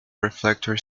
reflector